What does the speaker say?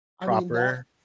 Proper